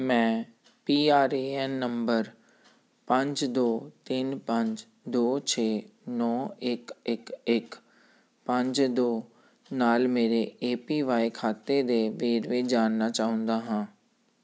ਮੈਂ P R A N ਨੰਬਰ ਪੰਜ ਦੋ ਤਿੰਨ ਪੰਜ ਦੋ ਛੇ ਨੌਂ ਇੱਕ ਇੱਕ ਇੱਕ ਪੰਜ ਦੋ ਨਾਲ ਮੇਰੇ ਏ ਪੀ ਵਾਈ ਖਾਤੇ ਦੇ ਵੇਰਵੇ ਜਾਣਨਾ ਚਾਹੁੰਦਾ ਹਾਂ